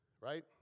right